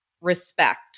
respect